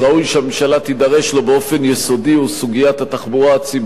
שהממשלה תידרש לו באופן יסודי הוא סוגיית התחבורה הציבורית.